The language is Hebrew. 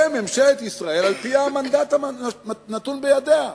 ממשלת ישראל, על-פי המנדט הנתון בידיה,